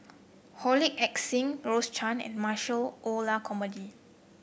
Wong Heck Sing Rose Chan and Michael Olcomendy